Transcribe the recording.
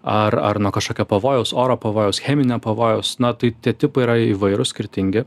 ar ar nuo kažkokio pavojaus oro pavojaus cheminio pavojaus na tai tie tipai yra įvairūs skirtingi